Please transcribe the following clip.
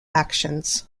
actions